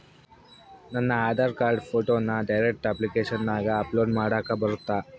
ನನ್ನ ಆಧಾರ್ ಕಾರ್ಡ್ ಫೋಟೋನ ಡೈರೆಕ್ಟ್ ಅಪ್ಲಿಕೇಶನಗ ಅಪ್ಲೋಡ್ ಮಾಡಾಕ ಬರುತ್ತಾ?